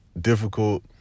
difficult